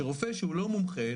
שרופא שהוא לא מומחה,